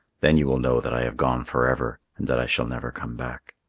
then you will know that i have gone forever and that i shall never come back.